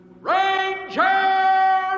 Ranger